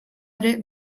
ere